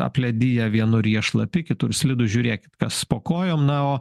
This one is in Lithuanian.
aplediję vienur jie šlapi kitur slidu žiūrėkit kas po kojom na o